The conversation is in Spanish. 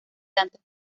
tantos